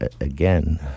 again